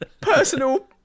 Personal